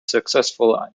successful